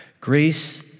grace